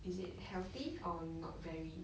is it healthy or not very